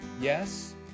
yes